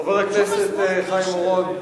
אדוני היושב-ראש, חבר הכנסת חיים אורון,